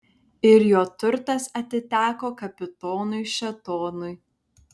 ir jo turtas atiteko kapitonui šėtonui